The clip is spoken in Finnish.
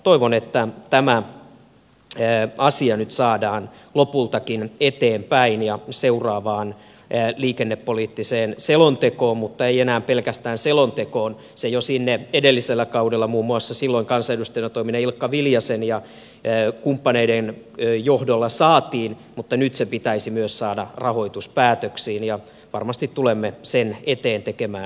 toivon että tämä asia nyt saadaan lopultakin eteenpäin ja seuraavaan liikennepoliittiseen selontekoon mutta ei enää pelkästään selontekoon se jo sinne edellisellä kaudella muun muassa silloin kansanedustajana toimineen ilkka viljasen ja kumppaneiden johdolla saatiin vaan nyt se pitäisi saada myös rahoituspäätöksiin ja varmasti tulemme sen eteen tekemään töitä